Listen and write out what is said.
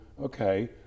okay